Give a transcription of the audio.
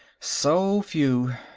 so few!